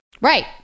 Right